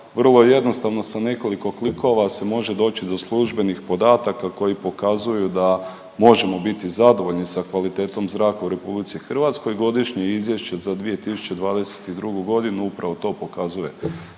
vrlo jednostavno sa nekoliko klikova se može doći do službenih podataka koji pokazuju da možemo biti zadovoljni sa kvalitetom zraka u RH, godišnje izvješće za 2022. g. upravo to pokazuje,